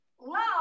Love